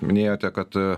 minėjote kad